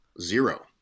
zero